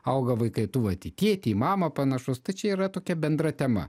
auga vaikai tu vat į tėtį į mamą panašus tai čia yra tokia bendra tema